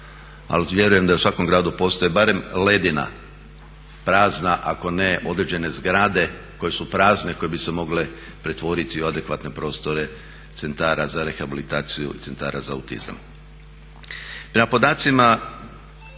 ali vjerujem da u svakom gradu postoji barem ledina prazna, ako ne određene zgrade koje su prazne koje bi se mogle pretvoriti u adekvatne prostore centara za rehabilitaciju, centara za autizam. Prema podacima